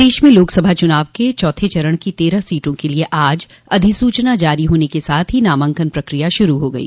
प्रदेश में लोकसभा चुनाव के चौथे चरण की तेरह सीटों के लिये आज अधिसूचना जारी होने के साथ ही नामांकन प्रक्रिया शुरू हो गई